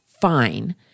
fine